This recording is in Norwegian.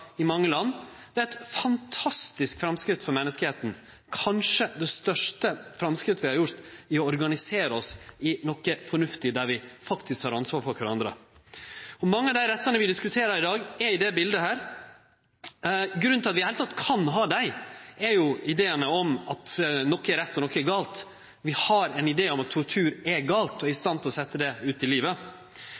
i mange land – er eit fantastisk framskritt for menneskja. Kanskje er det det største framskrittet vi har gjort i å organisere oss fornuftig, der vi faktisk tar ansvar for kvarandre. Mange av dei rettane vi diskuterer i dag, er i dette biletet. Grunnen til at vi i det heile kan ha dei, er ideen om at noko er rett og noko er galt. Vi har ein idé om at tortur er galt og er i stand til å setje han ut i livet.